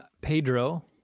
Pedro